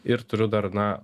ir turiu dar na